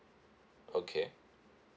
okay